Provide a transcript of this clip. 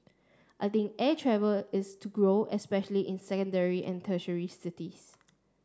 I think air travel is to grow especially in secondary and tertiary cities